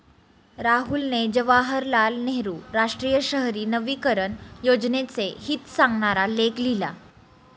राहुलने जवाहरलाल नेहरू राष्ट्रीय शहरी नवीकरण योजनेचे हित सांगणारा लेख लिहिला